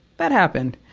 that happened.